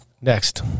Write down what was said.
Next